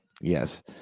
Yes